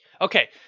Okay